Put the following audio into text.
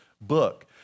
book